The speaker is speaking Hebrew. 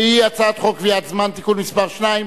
שהיא הצעת חוק קביעת הזמן (תיקון מס' 2),